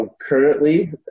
currently